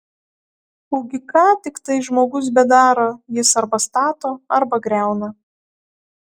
ugi ką tiktai žmogus bedaro jis arba stato arba griauna